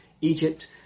Egypt